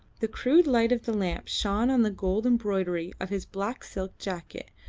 the crude light of the lamp shone on the gold embroidery of his black silk jacket,